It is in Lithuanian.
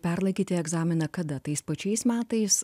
perlaikyti egzaminą kada tais pačiais metais